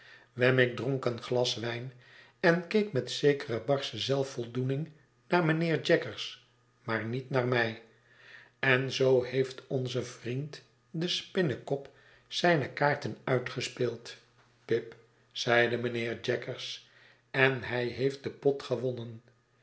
dronk een glas wijn en keek met zekere barsche zelfvoldoening naar mijnheer jaggers maar niet naar mij en zoo heeft onze vriend despinnekop zijne kaarten uitgespeeld pip zeide mijnheer jaggers en hij heeft den pot gewonnen